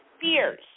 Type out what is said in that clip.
fears